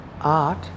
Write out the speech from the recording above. art